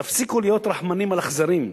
תפסיקו להיות רחמנים על אכזרים,